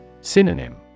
Synonym